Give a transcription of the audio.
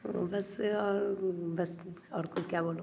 बस और बस और क्या बोलूँ